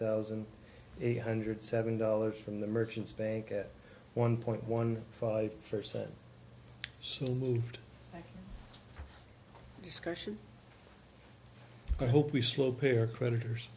thousand eight hundred seven dollars from the merchants bank at one point one five percent soon moved discussion i hope we slow peer creditors